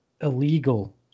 illegal